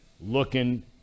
looking